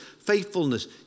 faithfulness